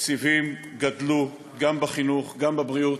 תקציבים גדלו, גם בחינוך, גם בבריאות,